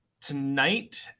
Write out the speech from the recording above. Tonight